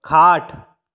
खाट